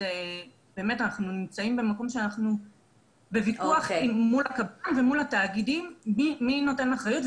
אנחנו בוויכוח מול הקבלנים ומול התאגידים מי לוקח אחריות,